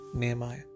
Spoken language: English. Nehemiah